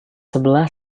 sebelah